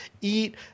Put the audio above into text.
eat